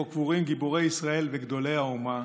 שבו קבורים גיבורי ישראל וגדולי האומה.